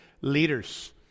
leaders